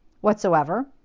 whatsoever